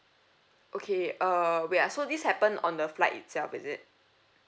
okay uh wait ah so this happened on the flight itself is it